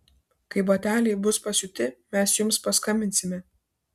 kai bateliai bus pasiūti mes jums paskambinsime